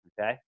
Okay